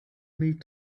need